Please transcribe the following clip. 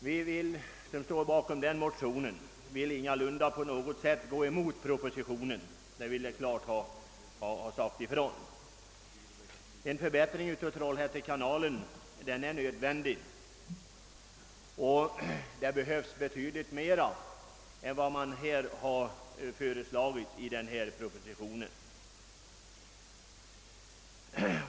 Vi som står bakom denna motion vill inte på något sätt gå emot propositionen, det vill vi klart uttala. En förbättring av Trollhätte kanal är nödvändig, och det erfordrar mer omfattande åtgärder än som föreslagits i propositionen.